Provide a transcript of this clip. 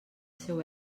seu